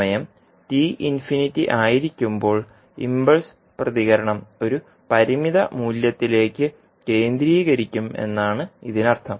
സമയം ആയിരിക്കുമ്പോൾ ഇംപൾസ് പ്രതികരണം ഒരു പരിമിത മൂല്യത്തിലേക്ക് കേന്ദ്രീകരിക്കും എന്നാണ് ഇതിനർത്ഥം